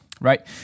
right